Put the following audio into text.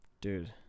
Dude